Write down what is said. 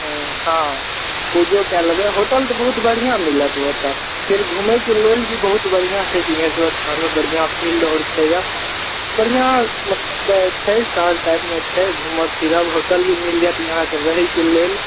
हँ पूजो कए लेबय होटल तऽ बहुत बढ़िआँ मिलत ओतऽ फेर घुमयके लेल भी बहुत बढ़िआँ छै सिंघेश्वर थानमे बढ़िआँ फील्ड आओर छै यौ बढ़िआँ छै शहर टाइपमे छै घूमब फिरब होटल भी मिल जायत यहाँके रहयके लेल